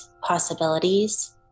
possibilities